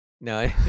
No